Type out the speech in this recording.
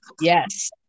yes